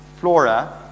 flora